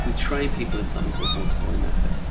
ah train people in something called horse boy method,